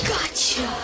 Gotcha